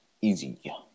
Easy